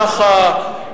ככה,